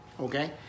okay